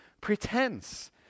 pretense